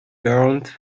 burned